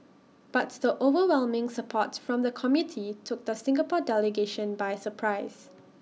but the overwhelming support from the committee took the Singapore delegation by surprise